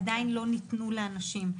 עדיין לא ניתנו לאנשים,